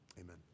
amen